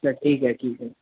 अच्छा ठीक आहे ठीक आहे